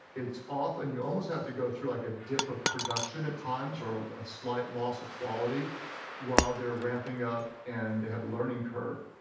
it's often you almost have to go through like a dip of production at times. or a slight loss of quality while they're ramping up and they have a learning curve.